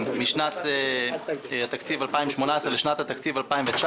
משנת התקציב 2018 לשנת התקציב 2019,